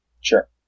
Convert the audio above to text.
Sure